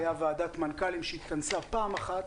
הייתה ועדת מנכ"לים שהתכנסה פעם אחת,